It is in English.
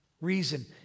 reason